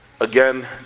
Again